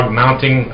mounting